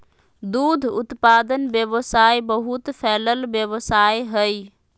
दूध उत्पादन व्यवसाय बहुत फैलल व्यवसाय हइ